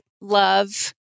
love